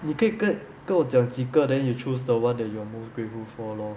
你可以跟我讲几个 then you choose the [one] that you are most grateful for lor